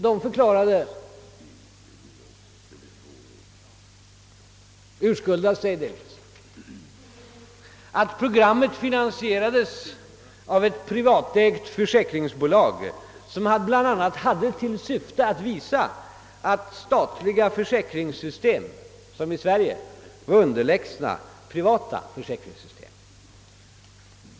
De förklarade urskuldande att programmet finansierades av ett privatägt försäkringsbolag som bl.a. ville visa att statliga försäkringssystem som Sveriges var underlägsna privata försäkringssystem.